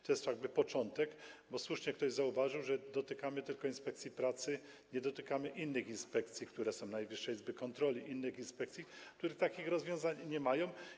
To jest jakby początek, bo słusznie ktoś zauważył, że dotykamy tylko inspekcji pracy, nie dotykamy innych inspekcji, które są, np. Najwyższej Izby Kontroli i innych inspekcji, które takich rozwiązań nie mają.